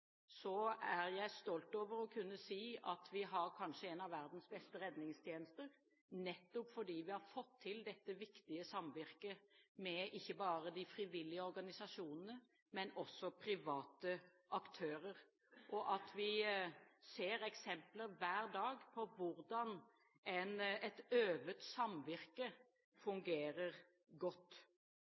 er jeg stolt over å kunne si at vi har kanskje en av verdens beste redningstjenester, nettopp fordi vi har fått til dette viktige samvirket med ikke bare de frivillige organisasjonene, men også private aktører, og vi ser eksempler hver dag på hvordan et øvet samvirke fungerer godt.